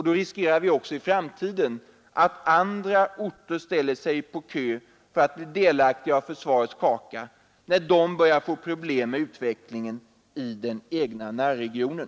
Då riskerar vi i framtiden att andra orter ställer sig på kö för att bli delaktiga av försvarets kaka när de börjar få problem med utvecklingen i den egna närregionen.